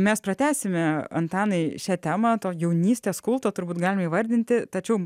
mes pratęsime antanai šią temą to jaunystės kulto turbūt galima įvardinti tačiau